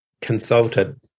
consulted